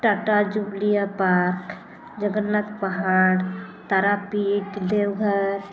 Tata Jubilee Park Jagannath Pahar Tarapith Deoghar